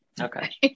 Okay